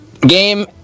game